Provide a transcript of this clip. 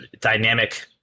dynamic